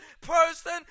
person